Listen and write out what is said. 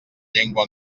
llengua